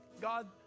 God